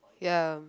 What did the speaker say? ya